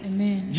Amen